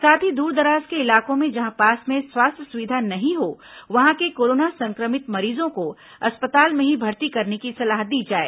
साथ ही दूरदराज के इलाकों में जहां पास में स्वास्थ्य सुविधा नहीं हो वहां के कोरोना संक्रमित मरीजों को अस्पताल में ही भर्ती करने की सलाह दी जाए